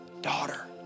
Daughter